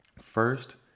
first